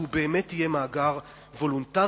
והוא באמת יהיה מאגר וולונטרי,